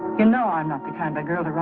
you know i'm not the kind of girl.